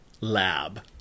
lab